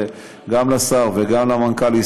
גם לשר וגם למנכ"ל,